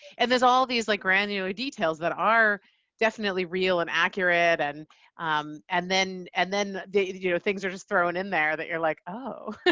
and there's all these like granular details that are definitely real and accurate and um and and then you know things are just thrown in there that you're like oh!